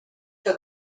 que